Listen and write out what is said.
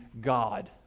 God